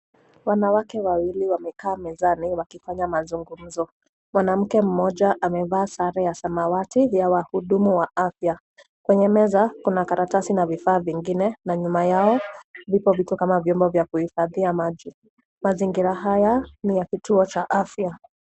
Wanawake wawili wamekaa mezani wakifanya mazungumzo. Mwanamke mmoja amevaa sare ya samawati ya wahudumu wa afya. Kwenye meza kuna karatasi na vifaa vingine na nyuma yao vipo vitu kama vyombo vya kuhifadhia maji. Mazingira haya ni ya kituo cha afya.